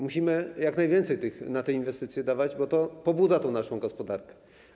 Musimy jak najwięcej na te inwestycje dawać, bo to pobudza naszą gospodarkę.